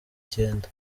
icyenda